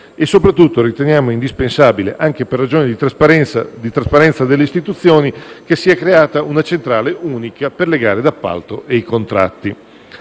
Soprattutto riteniamo indispensabile, anche per ragioni di trasparenza delle istituzioni, che sia creata una centrale unica per le gare d'appalto e i contratti.